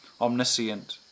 omniscient